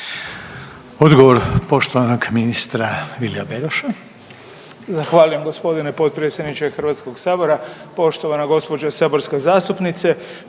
Odgovor poštovanog ministra Vilija Beroša.